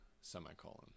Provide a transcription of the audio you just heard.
semicolon